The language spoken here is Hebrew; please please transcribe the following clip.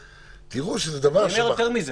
תראו שזה --- אני אומר יותר מזה.